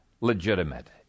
legitimate